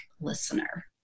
listener